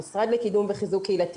המשרד לקידום וחיזוק קהילתי,